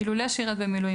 אילולא שירת במילואים,